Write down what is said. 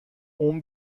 اون